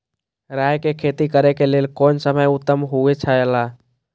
राय के खेती करे के लेल कोन समय उत्तम हुए छला?